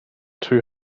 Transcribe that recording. two